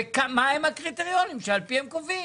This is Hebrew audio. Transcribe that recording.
ומה הם הקריטריונים שעל פיהם קובעים?